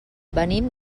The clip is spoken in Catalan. venim